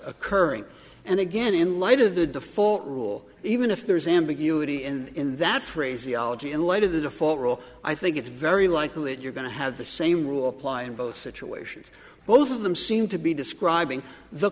occurring and again in light of the default rule even if there is ambiguity in that phraseology in light of the default rule i think it's very likely that you're going to have the same rule apply in both situations both of them seem to be describing the